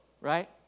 right